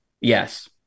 yes